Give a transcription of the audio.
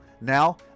Now